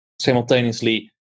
Simultaneously